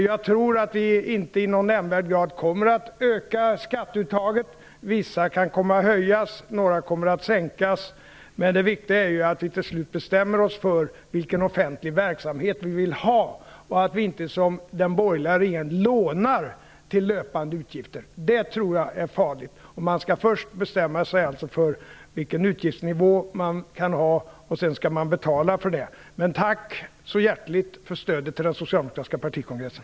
Jag tror inte att vi någon nämnvärd grad kommer att öka skatteuttaget. Vissa skatter kan komma att höjas, och några kommer att sänkas, men det viktiga är att vi till slut bestämmer oss för vilken offentlig verksamhet vi vill ha och inte, som den borgerliga regeringen gjorde, lånar till löpande utgifter. Det tror jag är farligt. Man skall alltså först bestämma sig för vilken utgiftsnivå man kan ha, och sen skall man betala för den. Men tack så hjärtligt för stödet till den socialdemokratiska partikongressen!